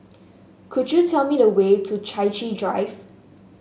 could you tell me the way to Chai Chee Drive